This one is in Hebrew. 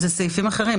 אבל אלה סעיפים אחרים.